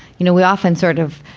you know, we often sort of,